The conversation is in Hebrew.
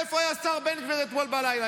איפה היה השר בן גביר אתמול בלילה?